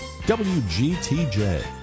WGTJ